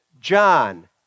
John